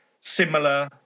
similar